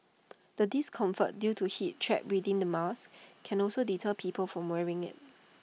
the discomfort due to heat trapped within the mask can also deter people from wearing IT